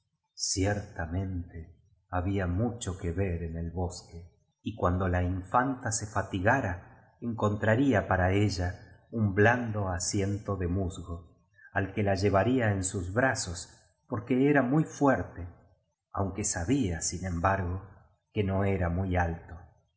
ciertamente ha bía mucho que ver en el bosque y cuando la infanta se fati biblioteca nacional de españa el cumpleaños be la infanta gara encontraría para ella un blando asiento de musgo al que la llevaría en sus brazos porque era muy fuerte aunque sa bía sin embargo que no era muy alto